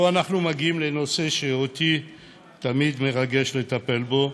פה אנחנו מגיעים לנושא שתמיד מרגש אותי לטפל בו,